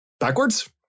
backwards